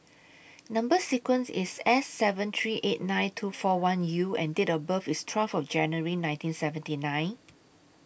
Number sequence IS S seven three eight nine two four one U and Date of birth IS twelfth of January nineteen seventy nine